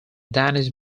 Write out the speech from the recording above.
danish